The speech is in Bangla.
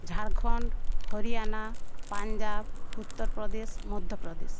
ঝাড়খণ্ড হরিয়ানা পঞ্জাব উত্তরপ্রদেশ মধ্যপ্রদেশ